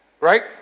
Right